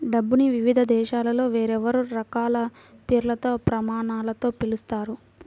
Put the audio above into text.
డబ్బుని వివిధ దేశాలలో వేర్వేరు రకాల పేర్లతో, ప్రమాణాలతో పిలుస్తారు